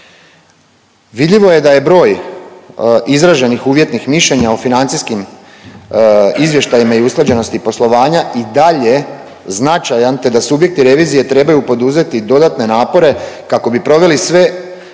Vidljivo je da je broj izraženih uvjetnih mišljenja o financijskim izvještajima i usklađenosti poslovanja i dalje značajan, te da subjekti revizije trebaju poduzeti dodatne napore kako bi proveli sve